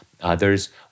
Others